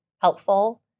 helpful